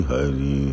Hari